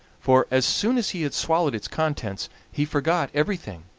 for, as soon as he had swallowed its contents, he forgot everything,